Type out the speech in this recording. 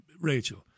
Rachel